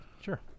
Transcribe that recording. Sure